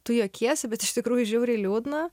tu juokiesi bet iš tikrųjų žiauriai liūdna